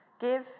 Give